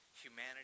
humanity